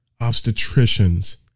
obstetricians